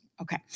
Okay